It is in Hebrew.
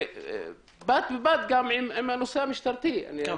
בד בבד עם הנושא המשטרתי שהוא